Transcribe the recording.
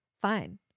fine